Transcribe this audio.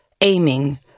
aiming